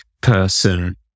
person